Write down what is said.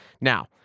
Now